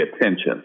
attention